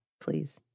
Please